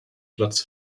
platz